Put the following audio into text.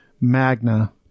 Magna